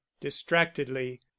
distractedly